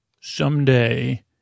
someday